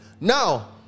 Now